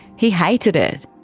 he hated it.